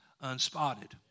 unspotted